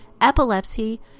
epilepsy